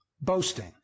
boasting